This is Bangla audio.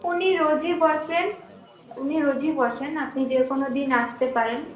উনি রোজই বসেন উনি রোজই বসেন আপনি যেকোনও দিন আসতে পারেন